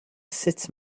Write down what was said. sut